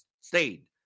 stayed